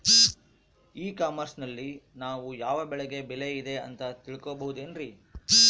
E commerce ನಲ್ಲಿ ನಾವು ಯಾವ ಬೆಳೆಗೆ ಬೆಲೆ ಇದೆ ಅಂತ ತಿಳ್ಕೋ ಬಹುದೇನ್ರಿ?